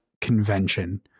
convention